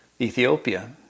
ethiopia